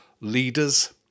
leaders